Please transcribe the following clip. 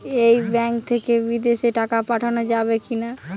এই ব্যাঙ্ক থেকে বিদেশে টাকা পাঠানো যাবে কিনা?